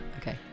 Okay